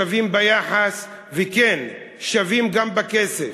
שווים ביחס, וכן, שווים גם בכסף.